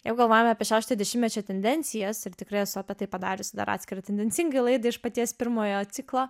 jeigu galvojam apie šeštojo dešimtmečio tendencijas ir tikrai esu apie tai padarius dar atskirą tendencingai laidą iš paties pirmojo ciklo